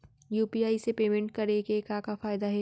UPI से payment करे के का का फायदा हे?